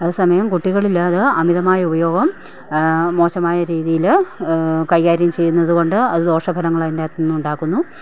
അതേസമയം കുട്ടികളിലത് അമിതമായ ഉപയോഗം മോശമായ രീതിയിൽ കൈകാര്യം ചെയ്യുന്നത് കൊണ്ട് അത് ദോഷഫലങ്ങൾ അതിൻറ്റാത്തൂന്നുണ്ടാക്കുന്നു